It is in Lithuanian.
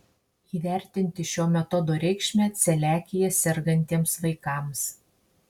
įvertinti šio metodo reikšmę celiakija sergantiems vaikams